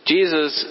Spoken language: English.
Jesus